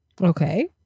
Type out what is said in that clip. Okay